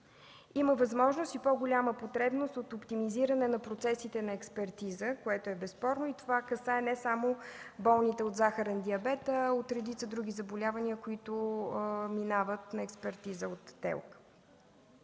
Има възможност и по-голяма потребност от оптимизиране на процесите на експертиза, което е безспорно. Това касае не само болните от захарен диабет, а и редица други заболявания, които минават на експертиза от ТЕЛК.